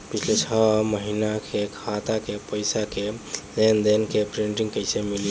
पिछला छह महीना के खाता के पइसा के लेन देन के प्रींट कइसे मिली?